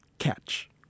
Catch